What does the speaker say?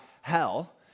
Hell